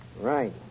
Right